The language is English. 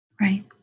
Right